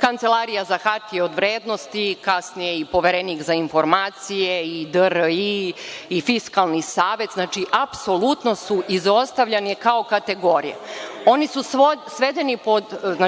Kancelarija za hartije od vrednosti, a kasnije i Poverenik za informacije, DRI i Fiskalni savet. Znači, apsolutno su izostavljeni kao kategorija. Oni su svedeni,